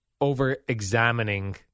over-examining